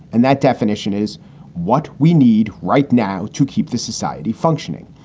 and that definition is what we need right now to keep the society functioning.